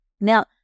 Now